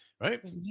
right